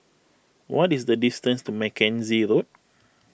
what is the distance to Mackenzie Road